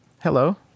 Hello